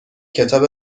کتاب